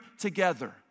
together